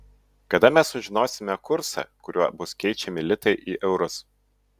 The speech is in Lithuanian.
kada mes sužinosime kursą kuriuo bus keičiami litai į eurus